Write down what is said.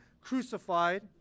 crucified